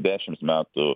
dešims metų